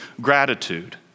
gratitude